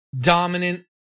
dominant